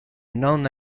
non